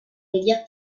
délire